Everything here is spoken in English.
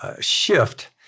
shift